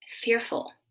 fearful